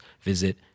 visit